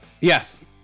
yes